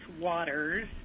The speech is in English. waters